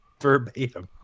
Verbatim